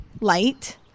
light